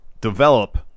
develop